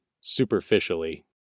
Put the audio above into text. superficially